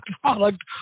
product